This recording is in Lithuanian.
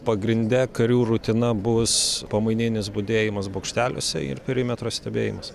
pagrinde karių rutina bus pamaininis budėjimas bokšteliuose ir perimetro stebėjimas